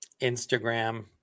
Instagram